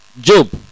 job